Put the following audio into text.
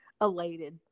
elated